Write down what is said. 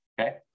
Okay